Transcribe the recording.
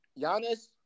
Giannis